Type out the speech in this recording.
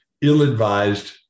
ill-advised